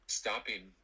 stopping